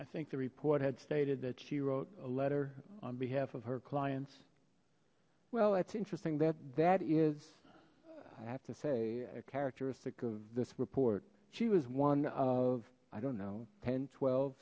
i think the report had stated that she wrote a letter on behalf of her clients well it's interesting that that is i have to say a characteristic of this report she was one of i don't know ten twelve